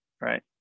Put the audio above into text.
right